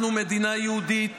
אנחנו מדינה יהודית,